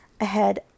Ahead